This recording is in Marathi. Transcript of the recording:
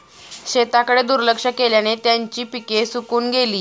शेताकडे दुर्लक्ष केल्याने त्यांची पिके सुकून गेली